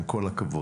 עם כול הכבוד.